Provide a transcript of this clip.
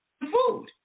food